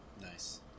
Nice